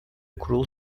kurul